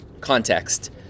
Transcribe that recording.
context